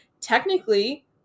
Technically